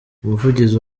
umuvugizi